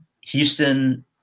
Houston